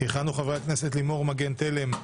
יכהנו חברי הכנסת: לימור מגן תלם,